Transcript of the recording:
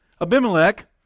Abimelech